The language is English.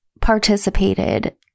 participated